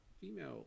female